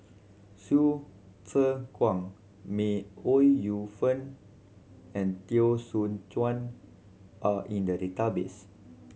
Hsu Tse Kwang May Ooi Yu Fen and Teo Soon Chuan are in the database